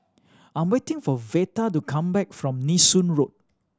I waiting for Veta to come back from Nee Soon Road